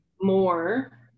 more